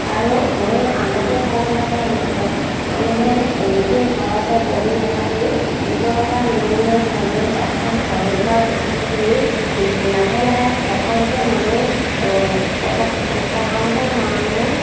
আৰু ময়ো আনকো কওঁ যাতে মোৰ মানুহে নিজে ঘৰতে বহি নাথাকি গোটৰ পৰা লোন লৈ হ'লেও এখন সৰু সুৰা দোকান খুলি লাহে লাহে প্ৰথমতে মানুহ পটক প্ৰথমতে মানুহ